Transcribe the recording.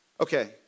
Okay